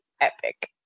epic